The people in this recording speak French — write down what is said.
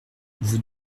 vous